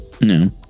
no